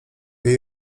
jej